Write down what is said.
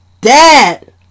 Dad